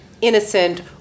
innocent